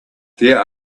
there